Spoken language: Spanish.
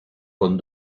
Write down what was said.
con